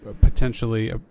potentially